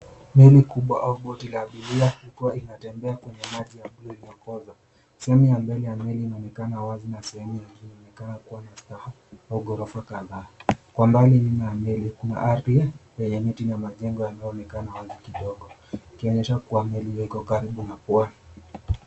Meli kubwa au boti la abiria ikiwa inatembea kwa maji ya buluu iliyokoza. Sehemu ya mbele ya meli inaonekana wazi na sehemu ya juu yakionekana kuwa katika.... au ghorofa kadhaa. Kwa mbali nyuma ya meli kuna ardhi yenye miti na majengo inayoonekana wazi kidogo ikionyesha kuwa meli hiyo iko karibu na pwani.